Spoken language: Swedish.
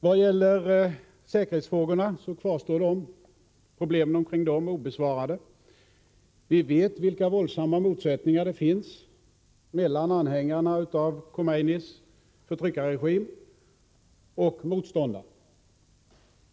Vad gäller säkerhetsfrågorna kvarstår problemen. Vi vet vilka våldsamma motsättningar det finns mellan anhängarna av Khomeinis förtryckarregim och motståndarna.